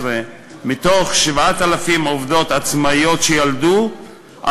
מ-7,000 העובדות העצמאיות שילדו בשנת 2014,